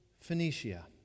Phoenicia